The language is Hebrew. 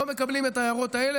לא מקבלים את ההערות האלה.